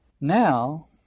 Now